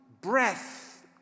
breath